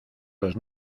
los